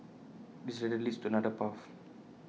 this ladder leads to another path